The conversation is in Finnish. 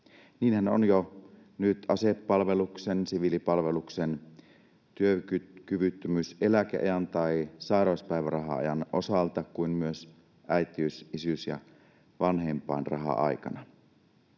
Niinhän on jo nyt niin asepalveluksen, siviilipalveluksen, työkyvyttömyyseläkeajan ja sairauspäiväraha-ajan osalta kuin myös äitiys-, isyys- ja vanhempainraha-aikana.